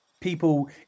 people